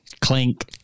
Clink